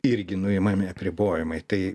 irgi nuimami apribojimai tai